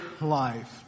life